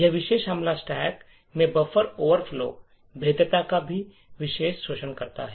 यह विशेष हमला स्टैक में बफर ओवरफ्लो भेद्यता का भी शोषण करता है